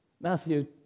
Matthew